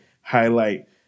highlight